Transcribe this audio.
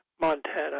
Montana